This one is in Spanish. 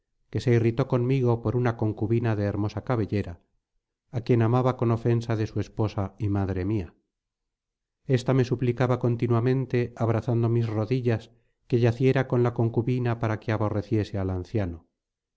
que se irritó conmigo por una concubina de hermosa cabellera á quien amaba con ofensa de su esposa y madre mía ésta me suplicaba continuamente abrazando mis rodillas que yaciera con la concubina para que aborreciese al anciano